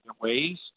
ways